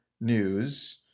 News